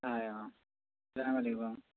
হয় অঁ জনাব লাগিব অঁ